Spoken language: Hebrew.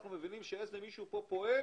כי אנחנו מבינים שמישהו פה פועל